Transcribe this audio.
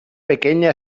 pequeña